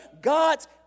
God's